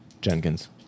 Jenkins